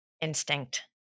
instinct